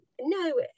no